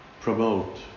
promote